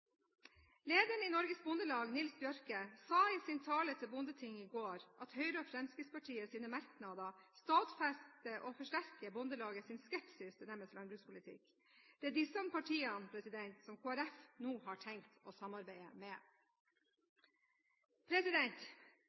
Lederen i Norges Bondelag, Nils T. Bjørke, sa i sin tale til Bondetinget i går at Høyre og Fremskrittspartiets merknader stadfester og forsterker Bondelagets skepsis til deres landbrukspolitikk. Det er disse partiene Kristelig Folkeparti nå har tenkt å samarbeide